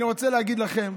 אני רוצה להגיד לכם,